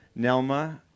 Nelma